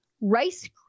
Rice